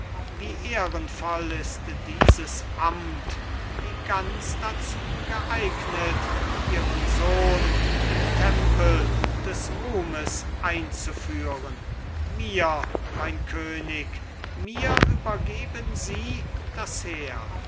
wie ehrenvoll ist dieses amt wie ganz dazu geeignet ihren sohn im tempel des ruhmes einzuführen mir mein könig mir übergeben sie das heer